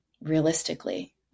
realistically